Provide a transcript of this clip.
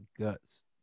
Guts